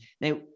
now